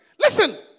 Listen